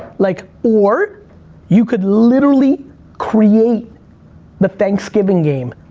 like or you could literally create the thanksgiving game.